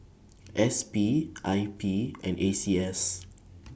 S P I P and A C S